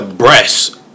Breasts